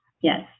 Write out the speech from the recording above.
yes